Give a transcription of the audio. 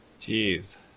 Jeez